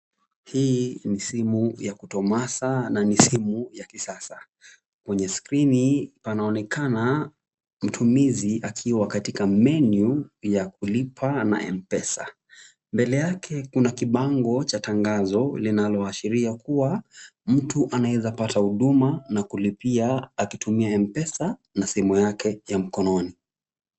Hii ni simu ya kutomasaa na ni simu ya kisasa. Kwenye skirini panaonekana mtumizi akiwa katika menu ya kulipa na mpesa. Mbele yake kuna kibango cha tangazo linaloashiria kuwa mtu anaezapata huduma na kulipia akitumia mpesa na simu yake ya mkononi.